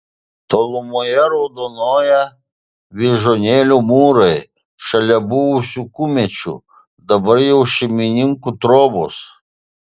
tolumoje raudonuoja vyžuonėlių mūrai šalia buvusių kumečių dabar jau šeimininkų trobos